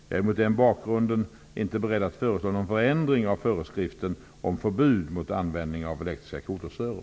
Jag är mot den bakgrunden inte beredd att föreslå någon förändring av föreskriften om förbud mot användning av elektriska kodressörer.